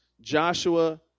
joshua